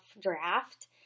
draft